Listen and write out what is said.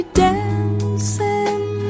dancing